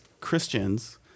Christians